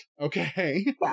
okay